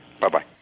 Bye-bye